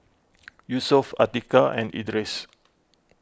Yusuf Atiqah and Idris